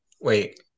wait